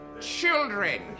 children